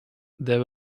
there